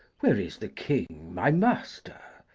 where is the king my master?